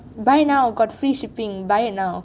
buy now got free shipping buy it now